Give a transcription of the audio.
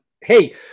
hey